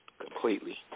Completely